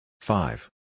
Five